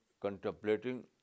contemplating